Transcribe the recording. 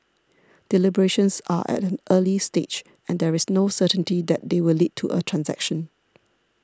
deliberations are at an early stage and there is no certainty that they will lead to a transaction